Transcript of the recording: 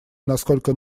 насколько